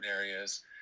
areas